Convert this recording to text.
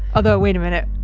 although, wait a minute.